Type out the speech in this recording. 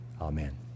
Amen